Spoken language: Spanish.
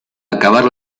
acabar